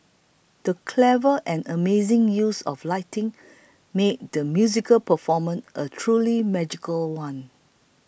the clever and amazing use of lighting made the musical performance a truly magical one